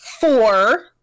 Four